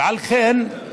ועל כן,